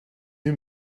new